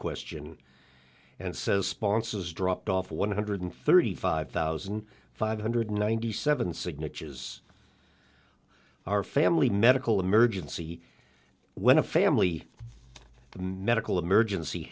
question and says sponsors dropped off one hundred thirty five thousand five hundred ninety seven signatures are family medical emergency when a family the medical emergency